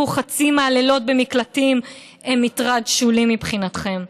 חצי מהלילות במקלטים הם מטרד שולי מבחינתכם.